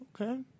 Okay